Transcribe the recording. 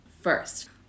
first